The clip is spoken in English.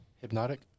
Hypnotic